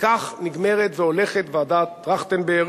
וכך נגמרת והולכת ועדת-טרכטנברג.